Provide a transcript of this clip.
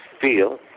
feel